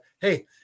hey